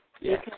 Yes